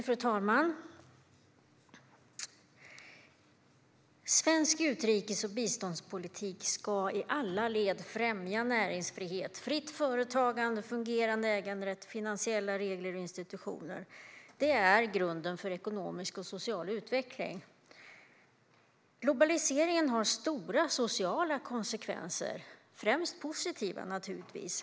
Fru talman! Svensk utrikes och biståndspolitik ska i alla led främja näringsfrihet, fritt företagande, fungerande äganderätt och finansiella regler och institutioner. Det är grunden för ekonomisk och social utveckling. Globaliseringen har stora sociala konsekvenser, främst positiva sådana.